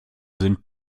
sind